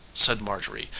said marjorie,